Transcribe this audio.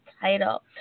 title